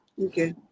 Okay